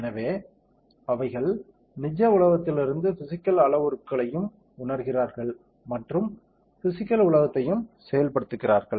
எனவே அவைகள் நிஜ உலகத்திலிருந்து பிஸிக்கல் அளவுருக்களையும் உணர்கிறார்கள் மற்றும் பிஸிக்கல் உலகத்தையும் செயல்படுத்துகிறார்கள்